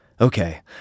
okay